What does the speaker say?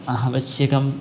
आवश्यकं